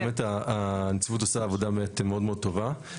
באמת הנציבות עשתה עבודה באמת מאוד מאוד טובה.